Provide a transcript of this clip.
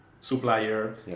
supplier